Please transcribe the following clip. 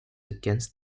against